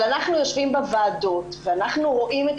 אבל אנחנו יושבים בוועדות ואנחנו רואים את